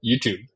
youtube